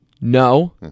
No